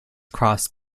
crossed